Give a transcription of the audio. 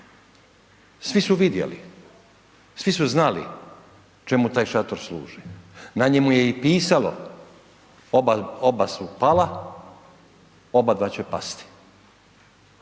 Svi su vidjeli, svi su znali čemu taj šator služi, na njemu je i pisalo „Oba su pala, obadva će pasti“,